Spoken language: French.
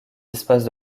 espaces